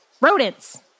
Rodents